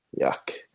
Yuck